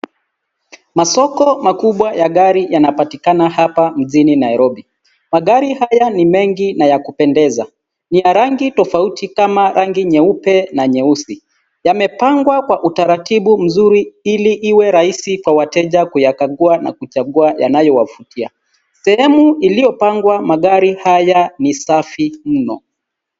Masoko makubwa ya gari yanapatikana hapa mjini Nairobi. Magari haya ni mengi na ya kupendeza. Ni ya rangi tofauti kama rangi nyeupe na nyeusi. Yamepangwa kwa utaratibu mzuri ili iwe rahisi kwa wateja kuyakagua na kuchagua yanayowavutia. Sehemu iliyopangwa magari haya ni safi mno.